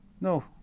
no